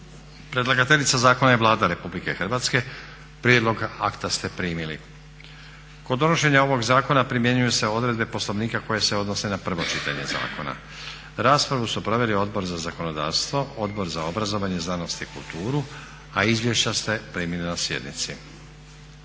Predlagateljica zakona je Vlada Republike Hrvatske. Prijedlog akta ste primili. Kod donošenja ovog zakona primjenjuju se odredbe Poslovnika koje se odnose na prvo čitanje zakona. Raspravu su proveli Odbor za zakonodavstvo, Odbor za obrazovanje, znanost i kulturu, a izvješća ste primili na sjednici.